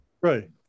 Right